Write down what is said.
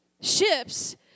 ships